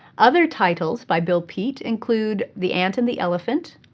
other titles by bill peet include the ant and the elephant,